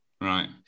Right